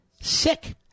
sick